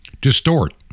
distort